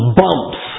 bumps